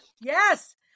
Yes